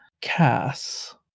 Cass